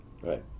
Right